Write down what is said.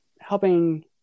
helping